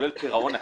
כולל פירעון הקרן,